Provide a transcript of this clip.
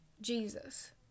Jesus